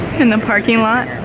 in the parking lot